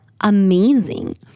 amazing